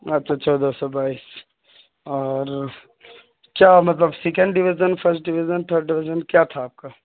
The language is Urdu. اچھا اچھا دو سو بائیس اور کیا مطلب second division first division third division کیا تھا آپ کا